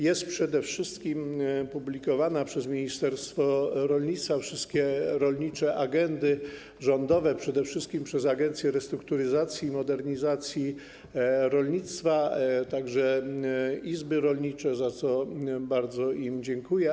Jest przede wszystkim publikowana przez ministerstwo rolnictwa oraz wszystkie rolnicze agendy rządowe, przede wszystkim przez Agencję Restrukturyzacji i Modernizacji Rolnictwa, jak również izby rolnicze, za co bardzo im dziękuję.